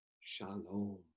Shalom